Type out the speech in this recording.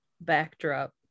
Backdrop